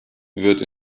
wird